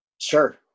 Sure